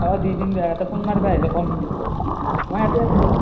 অ দি দিম দিয়ক এটা ফোন মাৰিবা আহিলে কম মই ইয়াতে আছোঁ দিয়া